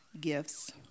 gifts